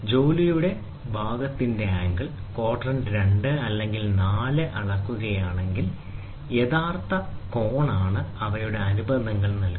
ജോലിയുടെ ഭാഗത്തിന്റെ angle quadrant 2 അല്ലെങ്കിൽ 4 ൽ അളക്കുകയാണെങ്കിൽ യഥാർത്ഥ കോണാണ് അവയുടെ അനുബന്ധങ്ങൾ നൽകുന്നത്